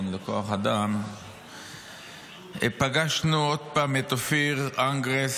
לכוח אדם פגשנו עוד פעם את אופיר אנגרסט,